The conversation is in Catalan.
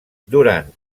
durant